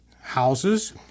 houses